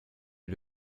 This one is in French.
est